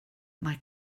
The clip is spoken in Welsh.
mae